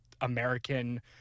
American